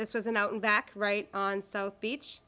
this was an out and back right on south beach